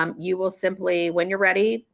um you will simply when you're ready,